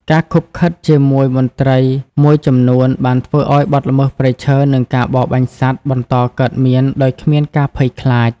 ការឃុបឃិតជាមួយមន្ត្រីមួយចំនួនបានធ្វើឱ្យបទល្មើសព្រៃឈើ និងការបរបាញ់សត្វបន្តកើតមានដោយគ្មានការភ័យខ្លាច។